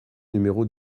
numéro